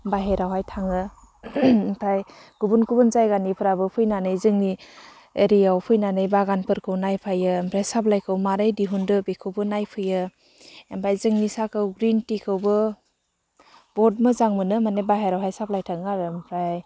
बाहेरायावहाय थाङो ओमफाय गुबुन गुबुन जायगानिफ्राबो फैनानै जोंनि एरियायाव फैनानै बागानफोरखौ नायफायो आरो ओमफाय साप्लाइखौ मारै दिहुनदो बेखौबो नायफैयो ओमफाय जोंनि साहाखौ ग्रिन टिखौबो बहुथ मोजां मोनो मानि बाहेरायावहाय साप्लाइ थाङो आरो आमफ्राय